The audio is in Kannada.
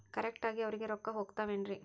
ಕರೆಕ್ಟ್ ಆಗಿ ಅವರಿಗೆ ರೊಕ್ಕ ಹೋಗ್ತಾವೇನ್ರಿ?